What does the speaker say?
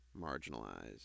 marginalized